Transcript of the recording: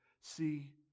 see